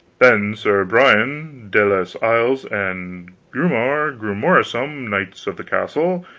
then sir brian de les isles and grummore grummorsum, knights of the castle,